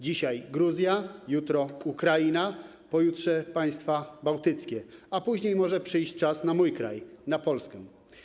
Dzisiaj Gruzja, jutro Ukraina, pojutrze państwa bałtyckie, a później może przyjść czas na mój kraj, na Polskę.